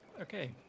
Okay